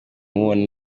mubona